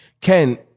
Ken